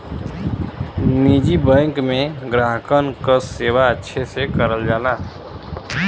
निजी बैंक में ग्राहकन क सेवा अच्छे से करल जाला